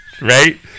right